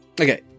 okay